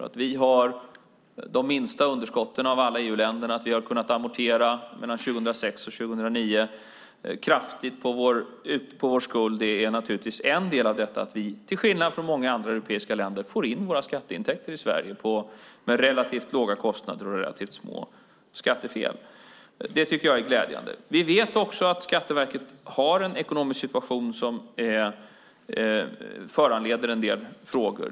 Att vi har de minsta underskotten av alla EU-länder och att vi har kunnat amortera kraftigt mellan 2006 och 2009 på vår skuld beror naturligtvis till en del på att vi, till skillnad från många andra europeiska länder, får in våra skatteintäkter i Sverige med relativt låga kostnader och relativt små skattefel. Det tycker jag är glädjande. Vi vet också att Skatteverket har en ekonomisk situation som föranleder en del frågor.